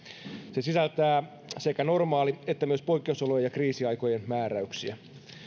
se sisältää sekä normaali että myös poikkeusolojen ja kriisiaikojen määräyksiä